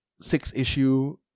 six-issue